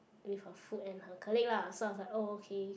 with her food and her colleagues lah so I was like oh okay